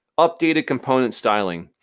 updated component styling.